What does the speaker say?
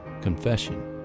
confession